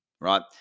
right